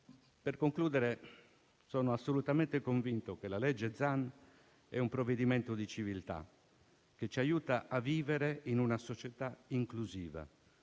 Per concludere, sono assolutamente convinto che il disegno di legge Zan sia un provvedimento di civiltà, che ci aiuta a vivere in una società inclusiva,